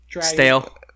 stale